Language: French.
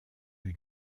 eut